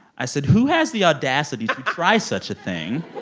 i said, who has the audacity to try such a thing?